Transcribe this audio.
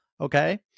Okay